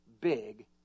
big